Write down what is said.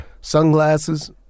sunglasses